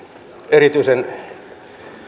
erityisen